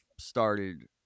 started